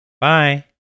Bye